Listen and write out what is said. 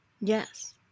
Yes